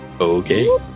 Okay